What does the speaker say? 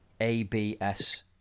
ABS